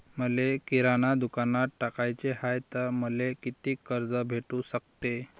मले किराणा दुकानात टाकाचे हाय तर मले कितीक कर्ज भेटू सकते?